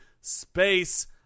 space